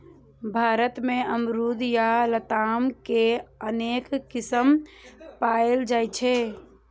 भारत मे अमरूद या लताम के अनेक किस्म पाएल जाइ छै